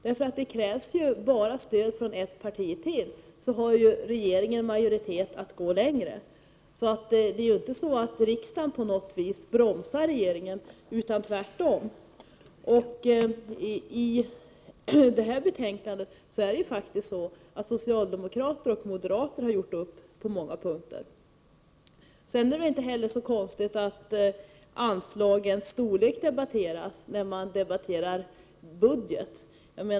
Det krävs ju stöd från bara ett parti för att regeringen skall få majoritet för att gå längre. Det är alltså inte på något sätt så att riksdagen bromsar regeringen, tvärtom. I det här betänkandet har faktiskt socialdemokrater och moderater gjort upp på många punkter. Det är inte heller så konstigt att anslagens storlek berörs i en budgetdebatt.